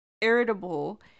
irritable